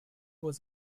was